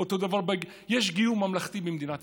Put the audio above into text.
אותו דבר, יש גיור ממלכתי במדינת ישראל.